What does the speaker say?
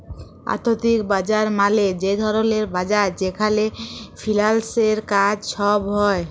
আথ্থিক বাজার মালে যে ধরলের বাজার যেখালে ফিল্যালসের কাজ ছব হ্যয়